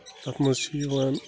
تتھ منٛز چھِ یِوان